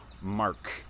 Mark